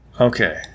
Okay